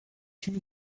une